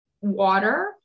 water